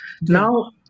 Now